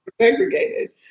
segregated